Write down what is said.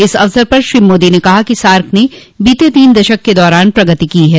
इस अवसर पर श्री मोदी ने कहा कि सार्क ने बीते तीन दशक के दौरान प्रगति की है